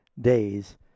days